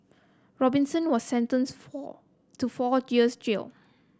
Robinson was sentenced for to four years jail